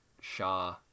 shah